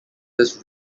this